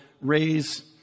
raise